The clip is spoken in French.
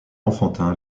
enfantin